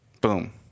Boom